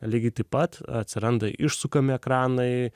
lygiai taip pat atsiranda išsukami ekranai